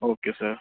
okay sir